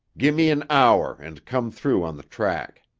give me an hour and come through on the track.